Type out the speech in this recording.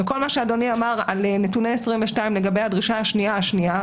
וכל מה שאדוני אמר על נתוני 2022 לגבי הדרישה השנייה השנייה,